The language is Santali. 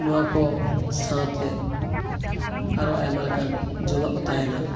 ᱱᱚᱣᱟ ᱠᱚ ᱥᱟᱶᱛᱮ ᱟᱨᱚ ᱟᱭᱢᱟ ᱞᱮᱠᱟᱱ ᱡᱚᱢᱟᱜ ᱠᱚ ᱛᱟᱦᱮᱱᱟ